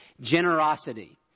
generosity